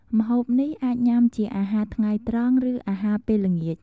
ម្ហូបនេះអាចញុំាជាអាហារថ្ងៃត្រង់ ឬអាហារពេលល្ងាច។